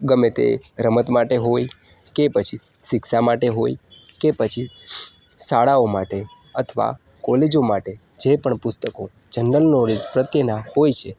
ગમે તે રમત માટે હોય કે પછી શિક્ષા માટે હોય કે પછી શાળાઓ માટે અથવા કોલેજો માટે જે પણ પુસ્તકો જનરલ નોળેજ પ્રત્યેનાં હોય છે